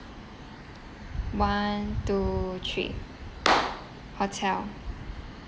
one two three hotel